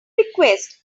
request